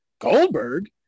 Goldberg